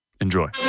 Enjoy